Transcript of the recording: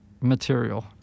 material